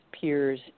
peers